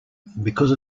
because